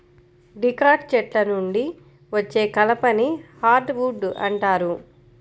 dicot చెట్ల నుండి వచ్చే కలపని హార్డ్ వుడ్ అంటారు